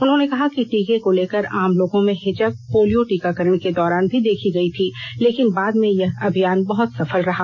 उन्होंने कहा कि टीके को लेकर आम लोगों में हिचक पोलियो टीकाकरण के दौरान भी देखी गई थी लेकिन बाद में यह अभियान बहुत सफल रहा